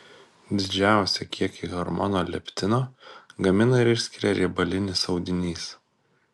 didžiausią kiekį hormono leptino gamina ir išskiria riebalinis audinys